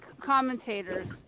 commentators